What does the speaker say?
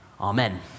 amen